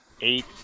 eight